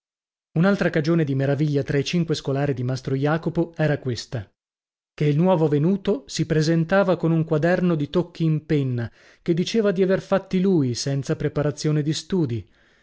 un'altra cagione di meraviglia tra i cinque scolari di mastro jacopo era questa che il nuovo venuto si presentava con un quaderno di tocchi in penna che diceva di aver fatti lui senza preparazione di studi